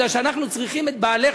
כי אנחנו צריכים את בעלך,